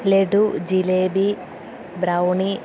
laddu jalebi brownie